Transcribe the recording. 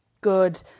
good